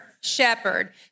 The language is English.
shepherd